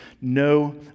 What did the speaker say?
no